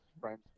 friends